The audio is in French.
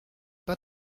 pas